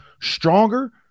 stronger